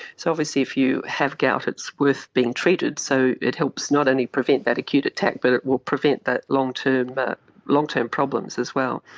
so obviously if you have gout it's worth being treated, so it helps not only prevent that acute attack but it will prevent long-term but long-term problems as well.